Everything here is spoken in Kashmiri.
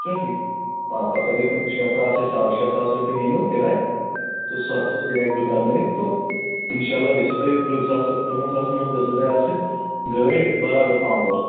چھُنَہ ٹھیٖک آ پَتہٕ اگر تِم شےٚ ساس یا ساڑ شےٚ ساس رۄپیہِ ہیٚنو کِراے تہٕ سُہ سُہ تہِ ہیٚکہٕ بہٕ کَرنٲیِتھ تو اِنشاء اللہ گژھیو تۄہہِ تٕرٛہ ساس تٕرٛہَن ساسَن منٛز گٔژھٕو تۄہہِ آسٕنۍ گٲڑۍ برابر پَامپر